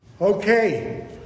Okay